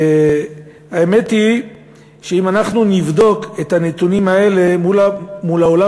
האמת היא שאם אנחנו נבדוק את הנתונים האלה מול העולם